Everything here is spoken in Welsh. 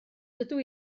dydw